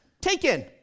taken